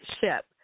ship